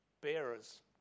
bearers